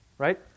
Right